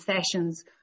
sessions